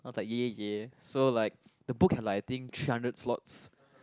I was like ya ya so like the book had like I think three hundred slots